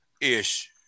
ish